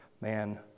Man